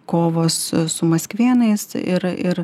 kovos su maskvėnais ir ir